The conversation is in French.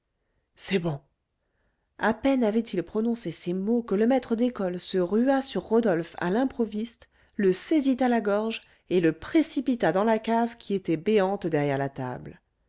c'est bon à peine avait-il prononcé ces mots que le maître d'école se rua sur rodolphe à l'improviste le saisit à la gorge et le précipita dans la cave qui était béante derrière la table